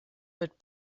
mit